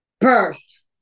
Birth